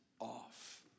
off